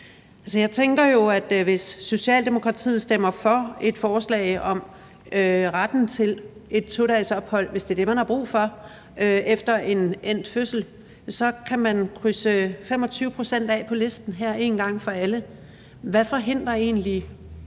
jeg tænker jo, at hvis Socialdemokratiet stemmer for et forslag om retten til et 2-dagesophold, hvis det er det, man har brug for efter endt fødsel, så kan man krydse 25 pct. af listen af her én gang for alle. Hvad forhindrer egentlig